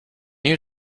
you